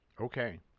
Okay